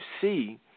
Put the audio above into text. see